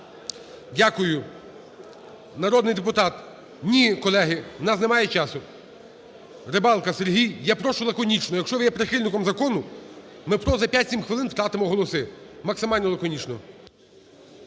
Дякую. Народний депутат… Ні, колеги, в нас немає часу. Рибалка Сергій, я прошу лаконічно, якщо ви є прихильником закону, ми просто за 5-7 хвилин втратимо голоси, максимально лаконічно.